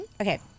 Okay